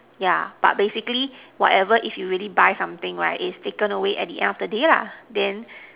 yeah but basically whatever if you really buy something right its taken away at the end of the day lah then